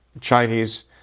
chinese